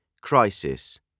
crisis